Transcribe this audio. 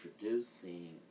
introducing